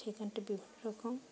সেখানটা বিভিন্ন রকম